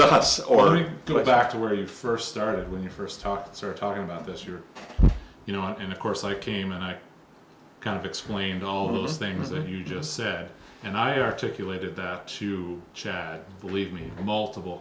guy or you go back to where you first started when you first talked sort of talking about this year you know and of course i came and i kind of explained all those things that you just said and i articulated that to chad believe me multiple